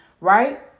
right